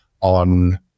on